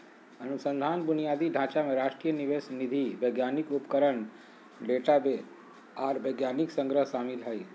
अनुसंधान बुनियादी ढांचा में राष्ट्रीय निवेश निधि वैज्ञानिक उपकरण डेटाबेस आर वैज्ञानिक संग्रह शामिल हइ